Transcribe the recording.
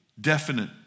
definite